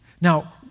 Now